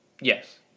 Yes